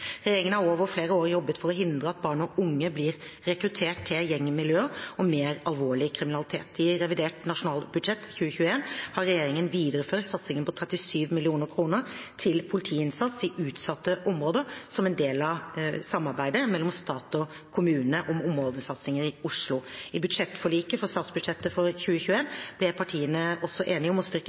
Regjeringen har også over flere år jobbet for å hindre at barn og unge blir rekruttert til gjengmiljøer og mer alvorlig kriminalitet. I revidert nasjonalbudsjett for 2021 har regjeringen videreført satsingen på 37 mill. kr til politiinnsats i utsatte områder som en del av samarbeidet mellom stat og kommune om områdesatsinger i Oslo. I budsjettforliket for statsbudsjettet for 2021 ble partiene enige om å styrke